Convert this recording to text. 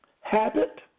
habit